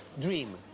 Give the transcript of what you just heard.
Dream